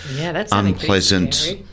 unpleasant